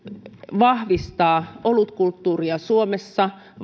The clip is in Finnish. vahvistaa olutkulttuuria suomessa